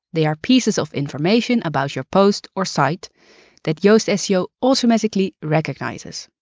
they are pieces of information about your post or site that yoast seo automatically recognizes.